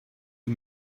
you